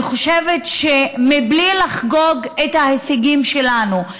אני חושבת שמבלי לחגוג את ההישגים שלנו,